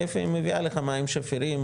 מאיפה היא מביאה לך מים שפירים,